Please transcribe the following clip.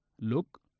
Look